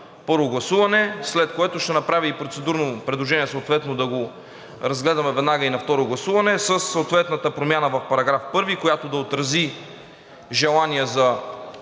първо гласуване, след което ще направя и процедурно предложение съответно да го разгледаме веднага и на второ гласуване със съответната промяна в § 1, която да отрази желание за